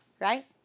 right